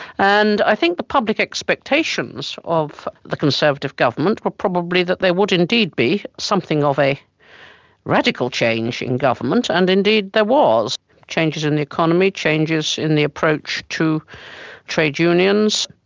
and i think the public expectations of the conservative government were probably that there would indeed be something of a radical change in government, and indeed there was changes in the economy, changes in the approach to trade unions,